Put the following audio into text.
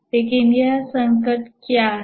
लेकिन यह संकट क्या है